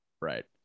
Right